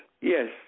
yes